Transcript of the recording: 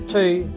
two